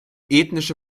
ethnische